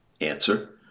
Answer